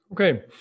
okay